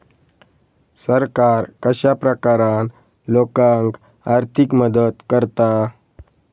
सरकार कश्या प्रकारान लोकांक आर्थिक मदत करता?